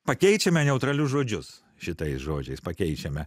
pakeičiame neutralius žodžius šitais žodžiais pakeičiame